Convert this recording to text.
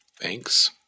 Thanks